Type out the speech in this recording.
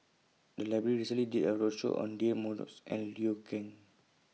The Library recently did A roadshow on Deirdre Moss and Liu Kang